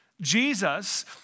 Jesus